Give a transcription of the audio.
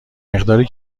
مقداری